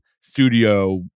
studio